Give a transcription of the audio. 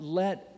let